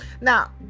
Now